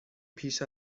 پیش